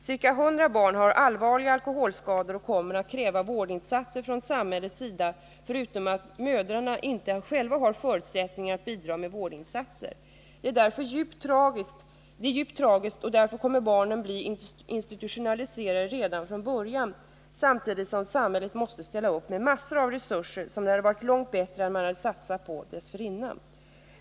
Ca 100 barn har allvarliga skador och kommer att kräva vårdinsatser från samhällets sida, förutom att mödrarna inte själva har förutsättningarna att bidra med vårdinsatser. Det är djupt tragiskt — barnen kommer att bli institutionaliserade redan från början samtidigt som samhället måste ställa upp med massor av resurser som det hade varit långt bättre om man hade satsat dessförinnan.